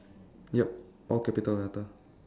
yup all capital letter